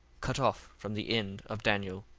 cut off from the end of daniel.